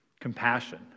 Compassion